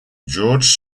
georges